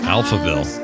Alphaville